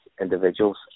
individuals